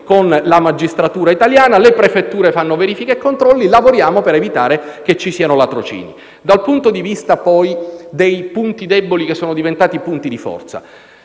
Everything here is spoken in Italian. con la magistratura italiana e le prefetture fanno verifiche e controlli. Lavoriamo per evitare che ci siano ladrocini. Per quanto riguarda i punti deboli che sono diventati punti di forza,